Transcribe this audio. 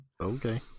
Okay